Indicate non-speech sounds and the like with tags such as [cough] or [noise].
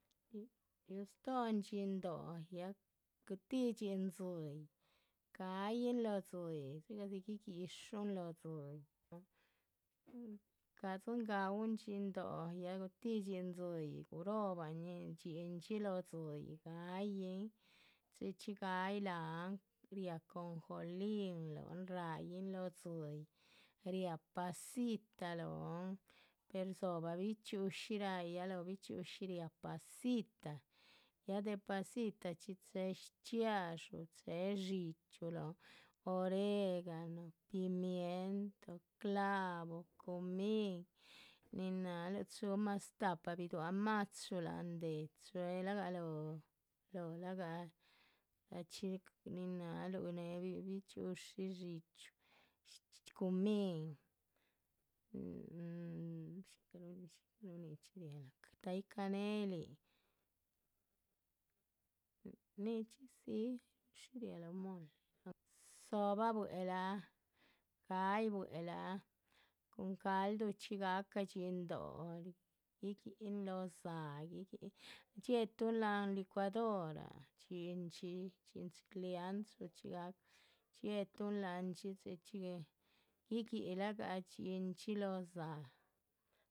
Riú stóhon dhxín dóh, ya guitídxin dzíyih ga´yin lóho dzíyih, ya dxí guíguidxúhun lóho dzíyih, shcahádizn gaúhn dhxín dóh, ya gutidxín dzíyih, gurohobahn dhxínchxi lóho. dzíyih, ga´yin chxí chxí ga´yi láhan riáha jonjoli lóhon ra´yin lóho dzíyih, riáha pasita lóhon per rdzóhobah bichxi´ushi, ya lóho bichxi´ushi riáha pasita ya de pasitachxí. chéhe shchxiadxú chéhe dxíchyu lóhon, oregano, pimientah, clavo, cumín, nin náhaluh chuhu más tahpa bidua´c machu, láhan déh, chéhela gah lóho, lagah achxi nin. náhaluh née bichxi´ushi, dxíchyu, cumín, [unintelligible] ta´yih canelin, nichxídzi shí riáha lóho mole, dzóhobah buehla, ga´yih buehla cun calduhchxí gahca dhxín dóh, o guígihin lóho dzáha guígihin, dxiehetun láhan licuadorah dhxín chxi dhxín chileanchuchxi ya dxiehetun láhanchxi chxi chxí guígihin lagahan dhxín chxí lóho dzáha.